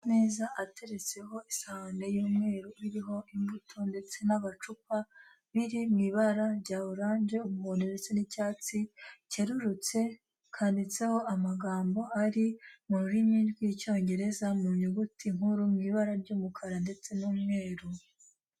Ameza ateretseho isahani y'umweru iriho imbuto ndetse n'amacupa, biri mu ibara rya orange, umuhondo ndetse n'icyatsi kerurutse, handitseho amagambo ari mu rurimi rw'Icyongereza mu nyuguti nkuru, mu ibara ry'umukara ndetse n'umweru.